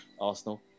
Arsenal